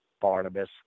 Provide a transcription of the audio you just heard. Barnabas